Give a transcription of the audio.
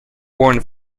worn